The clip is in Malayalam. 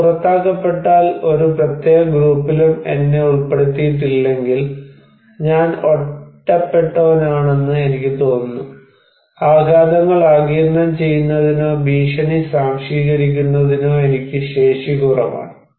ഞാൻ പുറത്താക്കപ്പെട്ടാൽ ഒരു പ്രത്യേക ഗ്രൂപ്പിലും എന്നെ ഉൾപ്പെടുത്തിയിട്ടില്ലെങ്കിൽ ഞാൻ ഒറ്റപ്പെട്ടവനാണെന്ന് എനിക്ക് തോന്നുന്നു ആഘാതങ്ങൾ ആഗിരണം ചെയ്യുന്നതിനോ ഭീഷണി സ്വാംശീകരിക്കുന്നതിനോ എനിക്ക് ശേഷി കുറവാണ്